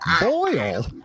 Boil